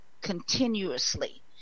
continuously